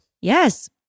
Yes